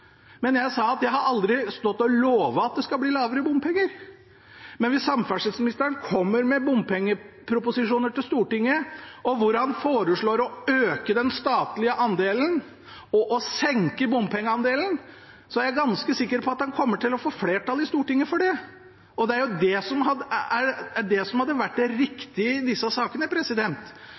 Men jeg sa at jeg aldri har stått og lovt at det skal bli lavere bompenger. Men hvis samferdselsministeren kommer med en bompengeproposisjon til Stortinget, hvor han foreslår å øke den statlige andelen og å senke bompengeandelen, er jeg ganske sikker på at han kommer til å få flertall i Stortinget for det. Det hadde vært riktig i disse sakene om regjeringen og samferdselsministeren økte den statlige andelen – hvis det er det som